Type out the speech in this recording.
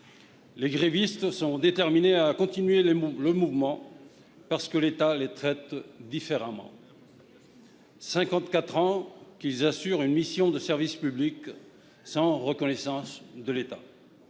Les grévistes sont déterminés à continuer le mouvement, parce que l'État les traite différemment. Voilà cinquante-quatre ans qu'ils assurent une mission de service public sans reconnaissance de l'État.